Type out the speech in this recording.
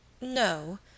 No